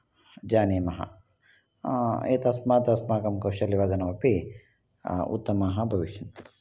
जानीमः एतस्मात् अस्माकं कौशलवर्धनमपि उत्तमः भविष्यन्ति